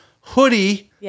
hoodie